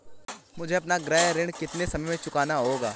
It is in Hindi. मुझे अपना गृह ऋण कितने समय में चुकाना होगा?